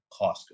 Costco